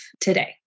today